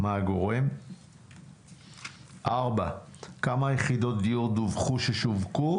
מה הגורם?; 4. כמה יחידות דיור דווחו ששווקו,